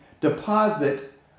deposit